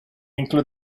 include